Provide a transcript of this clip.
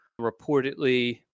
Reportedly